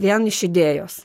vien iš idėjos